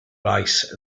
race